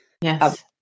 Yes